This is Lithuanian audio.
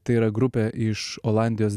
tai yra grupė iš olandijos